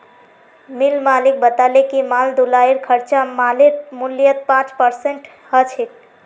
मिल मालिक बताले कि माल ढुलाईर खर्चा मालेर मूल्यत पाँच परसेंट ह छेक